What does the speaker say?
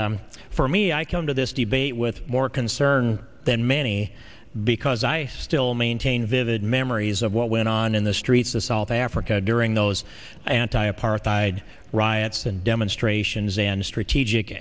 and for me i come to this debate with more concern than many because i still maintain vivid memories of what went on in the streets of south africa during those anti apartheid riots and demonstrations and strategic